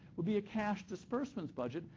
would be a cash disbursements budget,